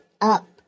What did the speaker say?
up